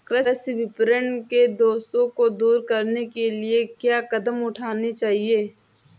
कृषि विपणन के दोषों को दूर करने के लिए क्या कदम उठाने चाहिए?